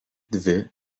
dvi